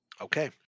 Okay